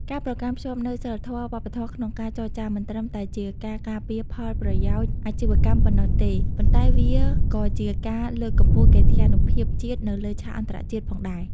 ការប្រកាន់ខ្ជាប់នូវសីលធម៌វប្បធម៌ក្នុងការចរចា មិនត្រឹមតែជាការការពារផលប្រយោជន៍អាជីវកម្មប៉ុណ្ណោះទេ ប៉ុន្តែវាក៏ជាការលើកកម្ពស់កិត្យានុភាពជាតិនៅលើឆាកអន្តរជាតិផងដែរ។